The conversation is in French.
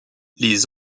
les